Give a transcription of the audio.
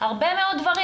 הרבה מאוד דברים.